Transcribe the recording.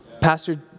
Pastor